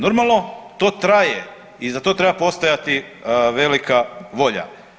Normalno to traje i za to treba postojati velika volja.